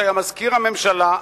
שהיה מזכיר הממשלה,